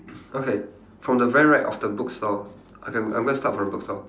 okay from the very right of the bookstore okay I'm gonna start from the bookstore